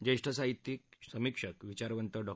ज्येष्ठ साहित्यिक समीक्षक विचारवंत डॉ